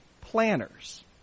planners